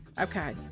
Okay